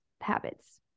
habits